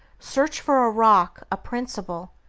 search for a rock, a principle,